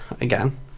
again